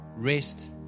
rest